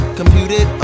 computed